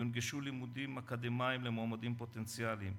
יונגשו לימודים אקדמיים למועמדים פוטנציאליים,